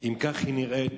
אם כך היא נראית,